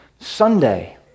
Sunday